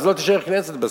אז לא תישאר כנסת בסוף.